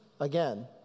again